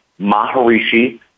Maharishi